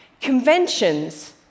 Conventions